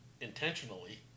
intentionally